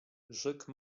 rzekł